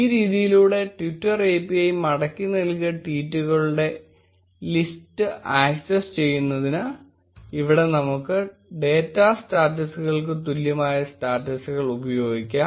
ഈ രീതിയിലൂടെ Twitter API മടക്കിനൽകിയ ട്വീറ്റുകളുടെ ലിസ്റ്റ് ആക്സസ് ചെയ്യുന്നതിന് ഇവിടെ നമുക്ക് ഡാറ്റ സ്റ്റാറ്റസുകൾക്ക് തുല്യമായ സ്റ്റാറ്റസുകൾ ഉപയോഗിക്കാം